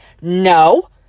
No